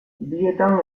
bietan